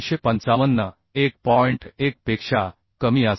1 पेक्षा कमी असावा